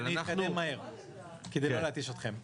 אבל אנחנו --- אתקדם מהר כדי לא להתיש אתכם.